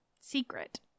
secret